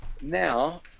now